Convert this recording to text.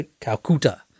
Calcutta